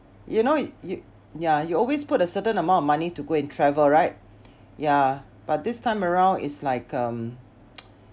you know you ya you always put a certain amount of money to go and travel right yeah but this time around it's like um